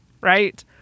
right